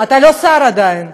אתה לא שר עדיין.